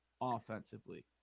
offensively